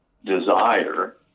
desire